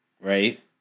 right